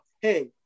hey